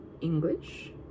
english